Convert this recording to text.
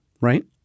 right